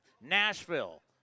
Nashville